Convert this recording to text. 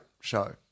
show